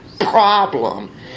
problem